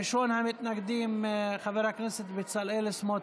ראשון המתנגדים, חבר הכנסת בצלאל סמוטריץ'.